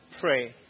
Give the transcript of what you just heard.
pray